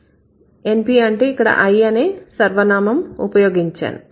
NP అంటే ఇక్కడ I అనే సర్వనామం ఉపయోగించాను